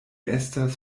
estas